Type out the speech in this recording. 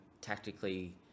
tactically